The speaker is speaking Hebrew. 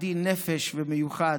עדין נפש ומיוחד,